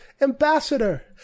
ambassador